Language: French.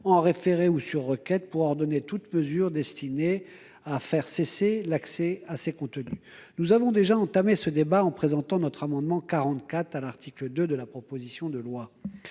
en référé ou sur requête pour ordonner toutes mesures destinées à faire cesser l'accès à ces contenus. Nous avons déjà entamé ce débat en présentant notre amendement n° 44 à l'article 2 de la proposition de loi.